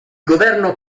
governo